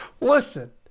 listen